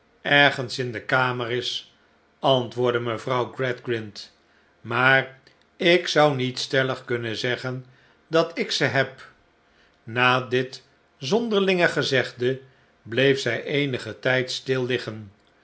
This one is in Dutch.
ergens in de kamer is antwoordde mevrouw gradgrind maar ik zou niet stellig kunnen zeggen dat ik ze heb na dit zonderlinge gezegde bleef zij eenigen tijd stil liggen